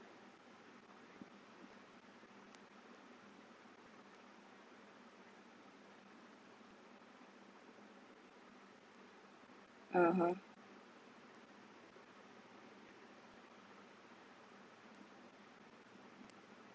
(uh huh)